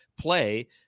play